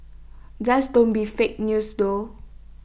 just don't be fake news though